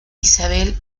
isabel